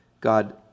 God